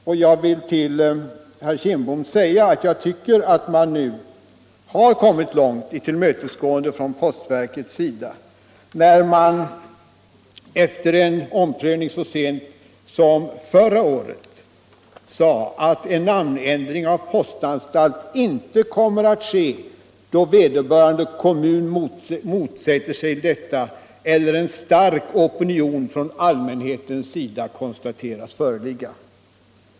Till herr Kindbom vill jag säga att jag tycker att man nu har kommit långt i tillmötesgående från postverkets sida, när man efter en omprövning så sent som förra året sade att en namnändring för postanstalt inte kommer att ske då vederbörande kommun motsätter sig detta eller en stark opinion från allmänhetens sida konstateras föreligga.